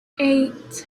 eight